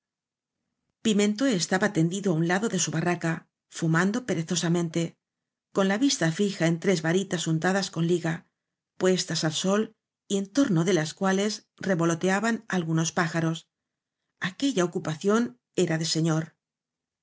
pimentó estaba tendido á lado un de su barraca fumando perezosamente con la vista fija en tres varitas untadas con liga puestas al sol y en torno de las cuales revoloteaban algu nos pájaros aquella ocupación era de señor